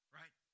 right